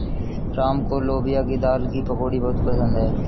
राम को लोबिया की दाल की पकौड़ी बहुत पसंद हैं